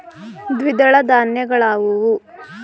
ದ್ವಿದಳ ಧಾನ್ಯಗಳಾವುವು?